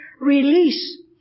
release